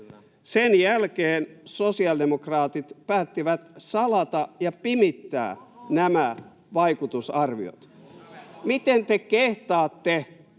Sen jälkeen sosiaalidemokraatit päättivät salata ja pimittää nämä vaikutusarviot. [Välihuuto